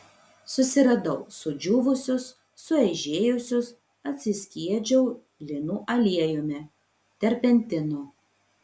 susiradau sudžiūvusius sueižėjusius atsiskiedžiau linų aliejumi terpentinu